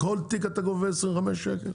כל תיק אתה גובה 25 שקל?